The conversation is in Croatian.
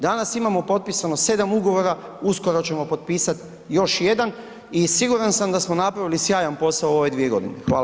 Danas imamo potpisano 7 ugovora, uskoro ćemo potpisat još jedan i siguran sam da smo napravili sjajan posao u ove dvije godine.